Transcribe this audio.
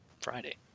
Friday